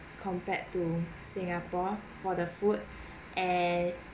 compared to singapore for the food and